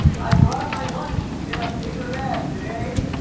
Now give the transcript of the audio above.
i brought my lunch in a paper bag today.